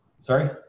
sorry